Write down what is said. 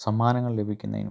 സമ്മാനങ്ങൾ ലഭിക്കുന്നതിനും